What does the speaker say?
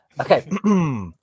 Okay